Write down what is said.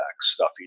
stuffy